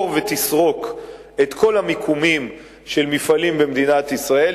ותסרוק את כל המיקומים של המפעלים במדינת ישראל,